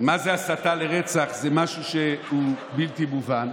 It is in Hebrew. מה זה הסתה לרצח, זה משהו שהוא בלתי מובן,